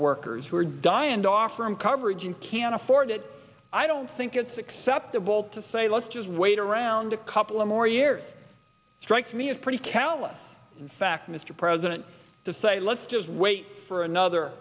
workers who are dying and offer him coverage and can afford it i don't think it's acceptable to say let's just wait around a couple of more years strikes me as pretty callous in fact mr president to say let's just wait for another